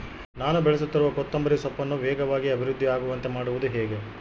ನಾನು ಬೆಳೆಸುತ್ತಿರುವ ಕೊತ್ತಂಬರಿ ಸೊಪ್ಪನ್ನು ವೇಗವಾಗಿ ಅಭಿವೃದ್ಧಿ ಆಗುವಂತೆ ಮಾಡುವುದು ಹೇಗೆ?